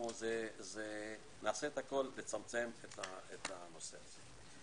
נעשה הכול לצמצם את הנושא הזה.